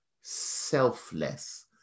selfless